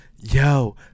Yo